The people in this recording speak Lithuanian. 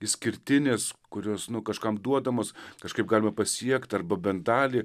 išskirtinės kurios kažkam duodamos kažkaip galima pasiekti arba bent dalį